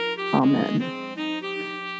Amen